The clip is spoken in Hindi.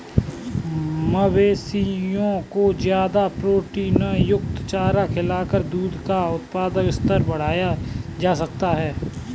मवेशियों को ज्यादा प्रोटीनयुक्त चारा खिलाकर दूध का उत्पादन स्तर बढ़ाया जा सकता है